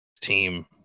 team